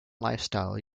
lifestyle